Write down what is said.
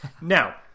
Now